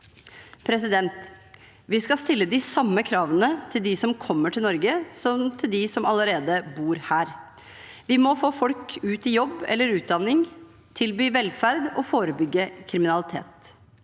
til. Vi skal stille de samme kravene til dem som kommer til Norge, som til dem som allerede bor her. Vi må få folk ut i jobb eller utdanning, tilby velferd og forebygge kriminalitet.